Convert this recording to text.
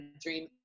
dream